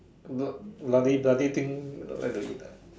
bl~ bloody bloody thing like to eat ah